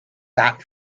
that